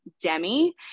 Demi